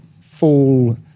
fall